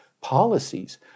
policies